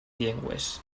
llengües